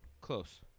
Close